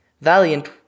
Valiant